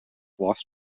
lost